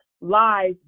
lies